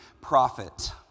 prophet